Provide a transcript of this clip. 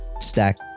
stack